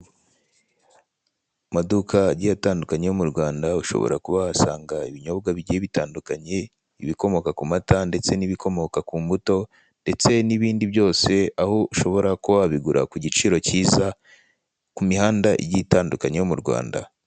Mu maduka agiye atandukanye yo mu Rwanda, ushobora kuba wahasanga ibinyobwa bigiye bitandukanye, ibikomoka ku mata ndetse n'ibikomoka ku mbuto ndetse n'ibindi byose, aho ushobora kuba wabigura ku giciro kiza, ku mihanda igiye itandukanye yo mu Rwanda.